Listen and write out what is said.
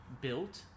built